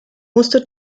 musste